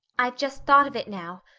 i've just thought of it now.